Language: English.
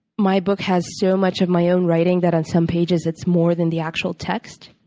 my book has so much of my own writing that, on some pages, it's more than the actual text.